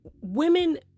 women